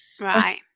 Right